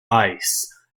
ice